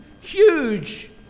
huge